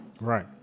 Right